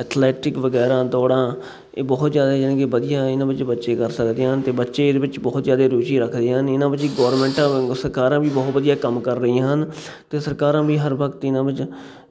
athletic ਵਗੈਰਾ ਦੌੜਾਂ ਇਹ ਬਹੁਤ ਜ਼ਿਆਦਾ ਜਾਨੀ ਕਿ ਵਧੀਆ ਇਹਨਾਂ ਵਿੱਚ ਬੱਚੇ ਕਰ ਸਕਦੇ ਹਨ ਅਤੇ ਬੱਚੇ ਇਹਦੇ ਵਿੱਚ ਬਹੁਤ ਜ਼ਿਆਦਾ ਰੁਚੀ ਰੱਖਦੇ ਹਨ ਇਹਨਾਂ ਵਿੱਚ ਗੌਰਮੈਂਟਾਂ ਸਰਕਾਰਾਂ ਵੀ ਬਹੁਤ ਵਧੀਆ ਕੰਮ ਕਰ ਰਹੀਆਂ ਹਨ ਅਤੇ ਸਰਕਾਰਾਂ ਵੀ ਹਰ ਵਕਤ ਇਹਨਾਂ ਵਿੱਚ